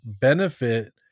benefit